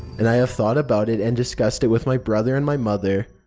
and i have thought about it and discussed it with my brother and my mother.